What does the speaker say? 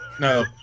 no